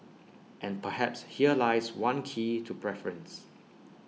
and perhaps here lies one key to preference